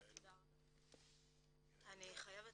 אני חייבת